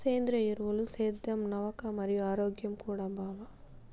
సేంద్రియ ఎరువులు సేద్యం సవక మరియు ఆరోగ్యం కూడా బావ